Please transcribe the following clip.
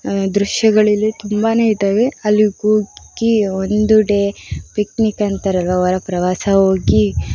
ದೃಶ್ಯಗಳಲ್ಲಿ ತುಂಬಾನೇ ಇದ್ದಾವೆ ಅಲ್ಲಿಗೆ ಹೋಗಿ ಒಂದು ಡೇ ಪಿಕ್ನಿಕ್ ಅಂತಾರಲ್ವ ಹೊರ ಪ್ರವಾಸ ಹೋಗಿ